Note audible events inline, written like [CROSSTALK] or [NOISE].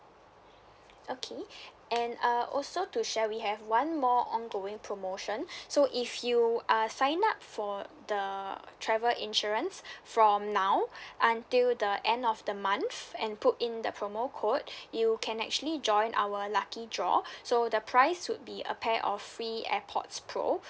okay [BREATH] and uh also to share we have one more ongoing promotion [BREATH] so if you are sign up for the travel insurance from now until the end of the month and put in the promo code [BREATH] you can actually join our lucky draw so the price would be a pair of free airpods pro